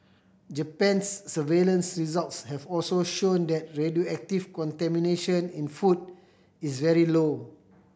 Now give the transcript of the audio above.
Japan's surveillance results have also shown that radioactive contamination in food is very low